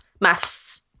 Maths